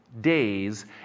Days